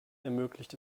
ermöglicht